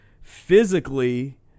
physically